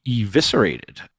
eviscerated